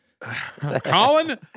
Colin